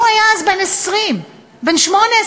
הוא היה אז בן 20, בן 18,